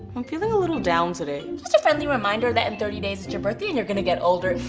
i'm feeling a little down today. just a friendly reminder that in thirty days it's your birthday and you're gonna get older.